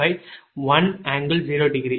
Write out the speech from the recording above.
எனவே i2PL2 jQL2V20